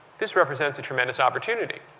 this represents a tremendous opportunity.